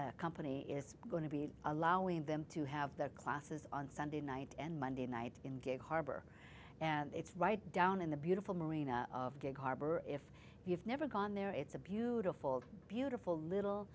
skate company is going to be allowing them to have their classes on sunday night and monday night in gig harbor and it's right down in the beautiful marina of gig harbor if you've never gone there it's a beautiful beautiful little